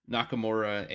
Nakamura